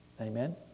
amen